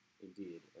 indeed